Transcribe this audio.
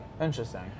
Interesting